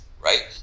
right